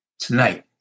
Tonight